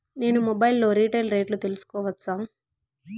నేను మొబైల్ లో రీటైల్ రేట్లు తెలుసుకోవచ్చా?